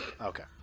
Okay